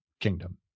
kingdom